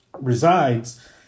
resides